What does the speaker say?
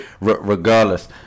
Regardless